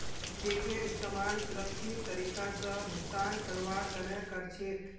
चेकेर इस्तमाल सुरक्षित तरीका स भुगतान करवार तने कर छेक